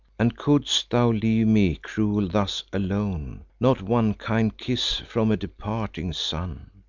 and could'st thou leave me, cruel, thus alone? not one kind kiss from a departing son!